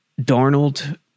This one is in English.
Darnold